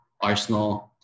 Arsenal